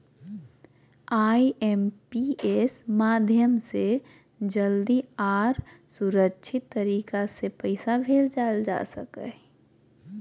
IMPS माध्यम से जल्दी आर सुरक्षित तरीका से पैसा भेजल जा हय